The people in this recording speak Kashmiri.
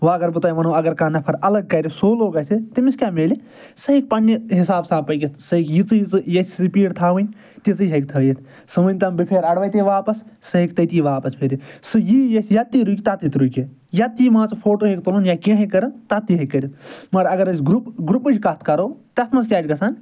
وۄنۍ اگر بہٕ تۄہہِ اگر کانٛہہ نَفَر الگ کَرٕ سولو گَژھِ تٔمِس کیاہ میلہِ سُہ ہیٚکہِ پَننہِ حِساب سان پٔکِتھ سۄ یِژی ییٚژھِ سپیٖڈ تھاوٕنۍ تِژِی ہیٚکہِ تھٲیِتھ سُہ ؤنتَن بہٕ پھیرٕ اَڑ وَتے واپَس سُہ ہیٚکہِ تٔتھے واپَس پھِرِتھ سُہ ییٖ ییٚژھِ یَتی رُکہِ تَتیٚتھ رُکہِ یَتی مان ژٕ فوٹو ہیٚکہِ تُلُن یا کینٛہہ ہیٚکہِ کَرن تَتی ہیٚکہِ کٔرِتھ مگر اگر أسۍ گرُپ گرُپٕچ کتھ کرو تتھ مَنٛز کیاہ چھُ گَژھان